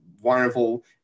wonderful